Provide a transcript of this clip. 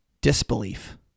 disbelief